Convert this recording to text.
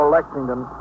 Lexington